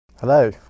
Hello